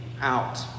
out